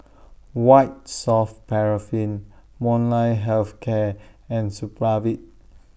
White Soft Paraffin Molnylcke Health Care and Supravit